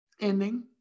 Ending